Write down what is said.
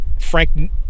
Frank